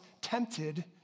tempted